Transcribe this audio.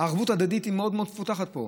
הערבות ההדדית, היא מאוד מאוד מפותחת פה.